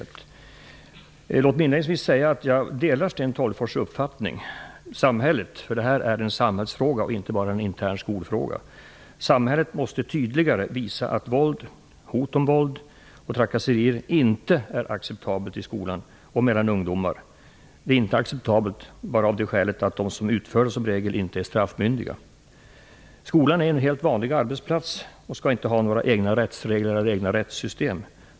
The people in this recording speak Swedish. Låt mig inledningsvis säga att jag delar Sten Tolgfors uppfattning. Samhället - detta är nämligen en samhällsfråga och inte bara en intern skolfråga - måste tydligare visa att våld, våldshot och trakasserier inte är någonting som är acceptabelt i skolan och mellan ungdomar. Det är inte acceptabelt bara för att de som utför detta som regel inte är straffmyndiga. Skolan är en helt vanlig arbetsplats och skall inte ha några egna rättsregler eller rättssystem.